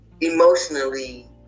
emotionally